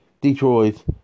Detroit